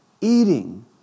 eating